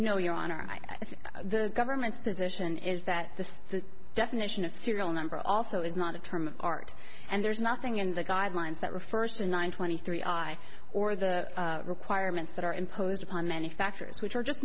no your honor i think the government's position is that the definition of serial number also is not a term of art and there's nothing in the guidelines that refers to nine twenty three i or the requirements that are imposed upon many factors which are just